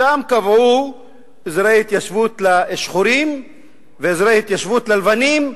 שם קבעו אזורי התיישבות לשחורים ואזורי התיישבות ללבנים,